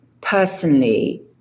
personally